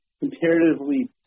Comparatively